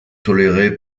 tolérés